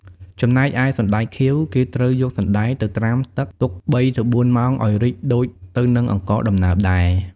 ចំណែកឯ «សណ្ដែកខៀវ» គេត្រូវយកសណ្ដែកទៅត្រាំទឹកទុក ៣ទៅ៤ម៉ោង ឱ្យរីកដូចទៅនឹងអង្ករដំណើបដែរ។